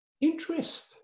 interest